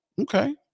Okay